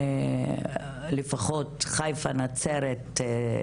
לפחות חיפה, נצרת,